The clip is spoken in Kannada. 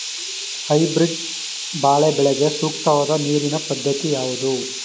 ಹೈಬ್ರೀಡ್ ಬಾಳೆ ಬೆಳೆಗೆ ಸೂಕ್ತವಾದ ನೀರಿನ ಪದ್ಧತಿ ಯಾವುದು?